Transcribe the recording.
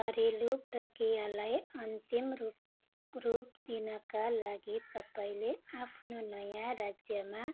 घरेलु प्रक्रियालाई अन्तिम रूप रूप दिनका लागि तपाईँँले आफ्नो नयाँ राज्यमा